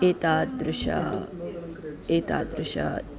एतादृश एतादृशानाम्